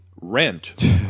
rent